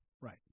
Right